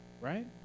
Right